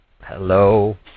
Hello